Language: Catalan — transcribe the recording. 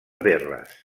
verres